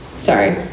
sorry